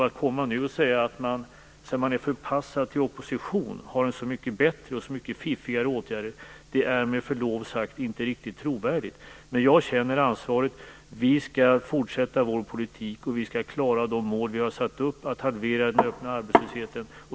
Att när man är förpassad till opposition säga att man har så mycket bättre och fiffigare åtgärder är, med förlov sagt, inte riktig trovärdigt. Jag känner ansvaret. Vi skall fortsätta vår politik, och vi skall klara av det mål som vi har satt upp, nämligen att halvera den öppna arbetslösheten.